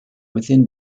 within